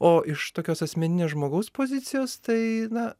o iš tokios asmeninės žmogaus pozicijos tai na